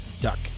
duck